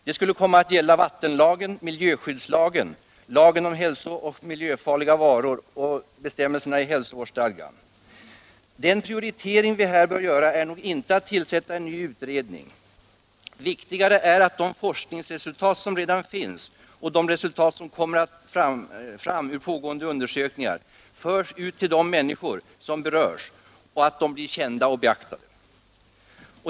Det skulle komma att gälla vattenlagen, miljöskyddslagen, lagen om hälso och miljöfarliga varor samt bestämmelserna i hälsovårdsstadgan. Den prioritering vi här bör göra är nog inte att tillsätta en ny utredning. Viktigare är att de forskningsresultat som redan finns och de resultat som kommer fram ur pågående undersökningar förs ut till de människor som berörs, och att de blir kända och beaktade.